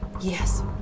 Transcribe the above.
Yes